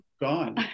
Gone